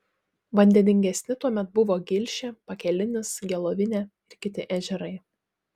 vandeningesni tuomet buvo gilšė pakelinis gelovinė ir kiti ežerai